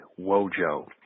Wojo